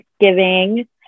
Thanksgiving